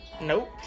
Nope